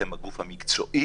אתם הגוף המקצועי.